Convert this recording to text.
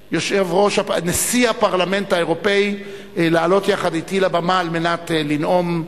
נשיא הפרלמנט האירופי לעלות יחד אתי לבמה על מנת לנאום,